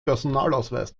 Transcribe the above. personalausweis